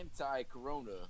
anti-corona